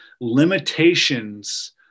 limitations